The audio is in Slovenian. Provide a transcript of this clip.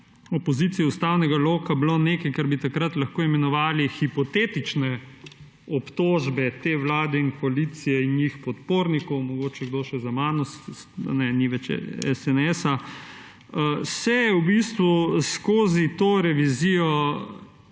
opozicije ustavnega loka bilo nekaj, kar bi takrat lahko imenovali hipotetične obtožbe te vlade in koalicije in njih podpornikov – mogoče je kdo še za mano; ne, ni več SNS – se je v bistvu skozi to revizijo